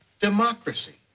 democracy